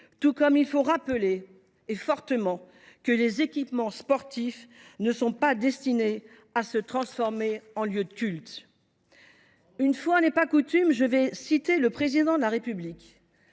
tout comme il faut rappeler que les équipements sportifs ne sont pas destinés à se transformer en lieux de culte. Bravo ! Une fois n’est pas coutume, je vais citer le Président de la République,